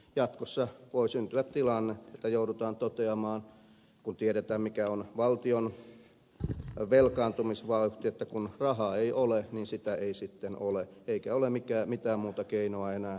jatkossa voi syntyä tilanne kun tiedetään mikä on valtion velkaantumisvauhti että joudutaan toteamaan että kun rahaa ei ole niin sitä ei sitten ole eikä ole mitään muuta keinoa enää kuin karsia palveluista